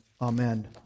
Amen